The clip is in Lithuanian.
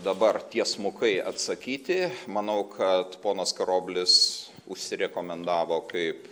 dabar tiesmukai atsakyti manau kad ponas karoblis užsirekomendavo kaip